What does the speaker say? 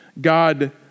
God